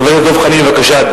חבר הכנסת דב חנין, בבקשה.